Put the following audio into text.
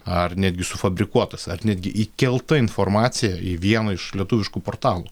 ar netgi sufabrikuotas ar netgi įkelta informacija į vieną iš lietuviškų portalų